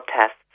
tests